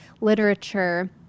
literature